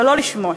ולא לשמוט.